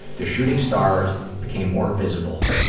the shooting stars became more visible,